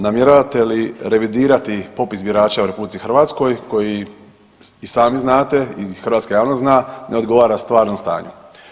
Namjeravate li revidirati popis birača u RH koji i sami znate i hrvatska javnost zna, ne odgovara stvarnom stanju.